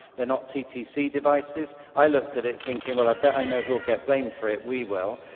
they're not ttc devices, i looked at it thinking, well i bet i know who'll get blamed for it, we will,